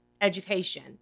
education